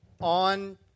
On